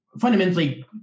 fundamentally